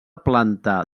planta